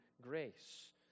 grace